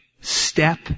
step